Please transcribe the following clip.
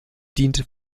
diente